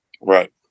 Right